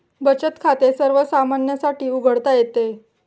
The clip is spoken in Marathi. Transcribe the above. बचत खाते सर्वसामान्यांसाठी उघडता येते